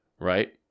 right